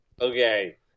Okay